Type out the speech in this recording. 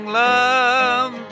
love